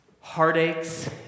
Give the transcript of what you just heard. heartaches